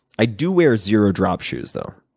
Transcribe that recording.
i do wear zero-drop shoes, though.